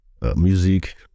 music